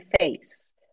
face